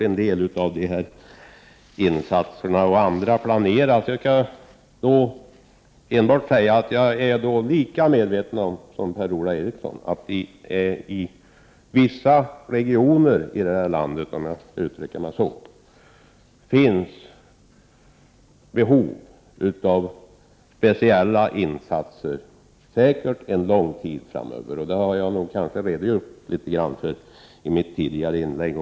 En del av dessa insatser har gjorts och andra planeras. Jag är lika medveten som Per-Ola Eriksson om att det i vissa regioner i landet finns behov av speciella insatser och säkert under en lång tid framöver. Det har jag redogjort för litet grand i mitt tidigare inlägg.